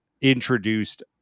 introduced